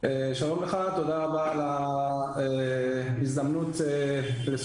שלום לך, תודה רבה על ההזדמנות לשוחח.